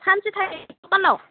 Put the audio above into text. सानसे थायो दखानाव